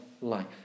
life